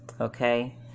Okay